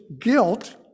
guilt